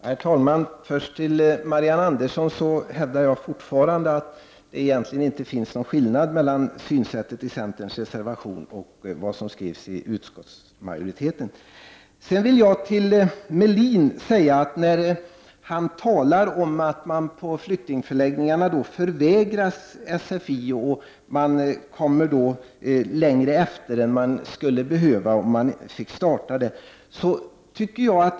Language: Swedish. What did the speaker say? Herr talman! Jag vill först till Marianne Andersson i Vårgårda säga att jag fortfarande hävdar att det egentligen inte finns någon skillnad mellan synsättet i centerns reservation och i det som utskottsmajoriteten har skrivit. Ulf Melin talade om att man på flyktingförläggningar förvägras sfi-undervisning och att man då kommer längre efter än vad man skulle behöva om man kunde komma i gång med undervisningen.